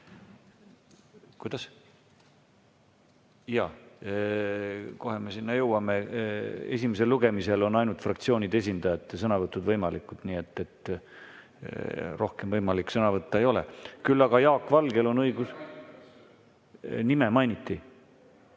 Kuidas? Jaa. Kohe me sinna jõuame. Esimesel lugemisel on ainult fraktsioonide esindajate sõnavõtud võimalikud, nii et rohkem võimalik sõna võtta ei ole. Küll aga Jaak Valgel on õigus ... (Hääl saalist.)